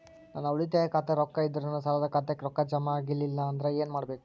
ನನ್ನ ಉಳಿತಾಯ ಖಾತಾದಾಗ ರೊಕ್ಕ ಇದ್ದರೂ ನನ್ನ ಸಾಲದು ಖಾತೆಕ್ಕ ರೊಕ್ಕ ಜಮ ಆಗ್ಲಿಲ್ಲ ಅಂದ್ರ ಏನು ಮಾಡಬೇಕು?